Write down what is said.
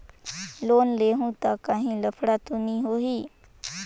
Loan लेहूं ता काहीं लफड़ा तो नी होहि?